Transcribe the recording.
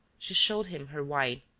she showed him her white,